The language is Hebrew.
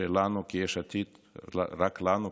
שרק לנו,